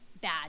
bad